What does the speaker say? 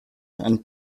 and